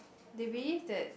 they believe that